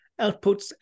outputs